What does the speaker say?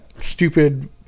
stupid